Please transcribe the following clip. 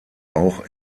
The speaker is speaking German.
auch